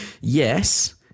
Yes